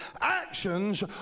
actions